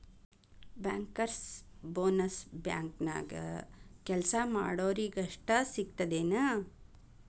Bankers bonus ಬ್ಯಾಂಕ್ನ್ಯಾಗ್ ಕೆಲ್ಸಾ ಮಾಡೊರಿಗಷ್ಟ ಸಿಗ್ತದೇನ್?